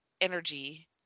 energy